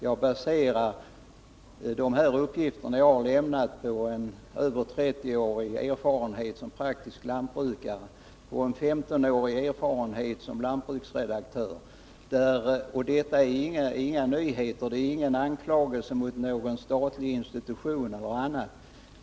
Jag baserar de uppgifter jag har lämnat på en över 30-årig erfarenhet som praktisk lantbrukare och en 15-årig erfarenhet som lantbruksredaktör. Detta är inga nyheter, och det är ingen anklagelse mot någon statlig institution.